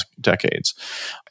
decades